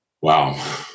Wow